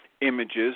images